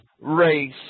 race